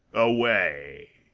away!